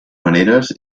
maneres